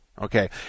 Okay